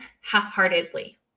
half-heartedly